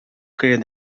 quedin